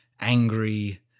angry